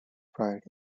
pride